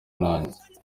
nanjye